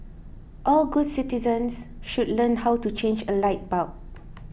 all good citizens should learn how to change a light bulb